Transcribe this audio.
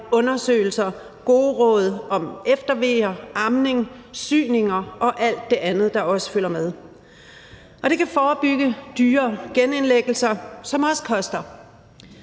undersøgelser, gode råd om efterveer, amning, syninger og alt det andet, der også følger med. Og det kan forebygge dyre genindlæggelser, som også koster.